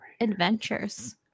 Adventures